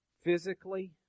physically